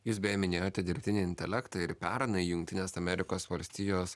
jūs beje minėjote dirbtinį intelektą ir pernai jungtines amerikos valstijos